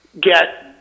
get